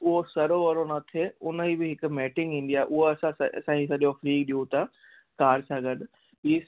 उहो सरो वरो न थिए उन जी बि हिक मैटींग ईन्दी आहे हूअ असां स साईं सॼो फ़्री ॾियूं था कार सां गॾु ई